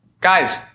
Guys